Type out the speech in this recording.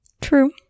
True